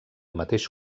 mateix